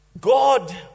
God